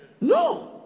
no